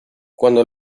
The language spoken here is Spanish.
cuando